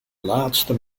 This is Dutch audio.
laatste